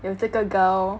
有这个 girl